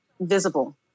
visible